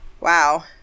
Wow